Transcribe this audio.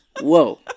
Whoa